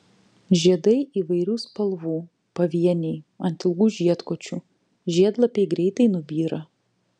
žiedai įvairių spalvų pavieniai ant ilgų žiedkočių žiedlapiai greitai nubyra